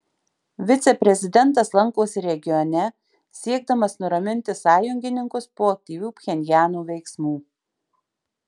viceprezidentas lankosi regione siekdamas nuraminti sąjungininkus po aktyvių pchenjano veiksmų